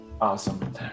Awesome